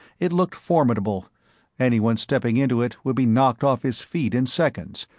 it looked formidable anyone stepping into it would be knocked off his feet in seconds,